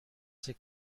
سکه